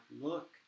look